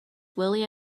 willie